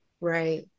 right